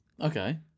Okay